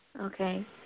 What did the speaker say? Okay